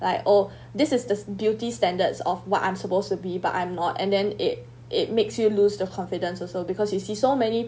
like oh this is this beauty standards of what I'm supposed to be but I'm not and then it it makes you lose the confidence also because you see so many